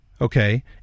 Okay